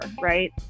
right